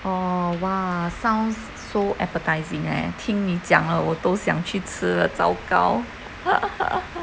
orh !wah! sounds so appetizing eh 听你讲了我都想去吃糟糕